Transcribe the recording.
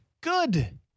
good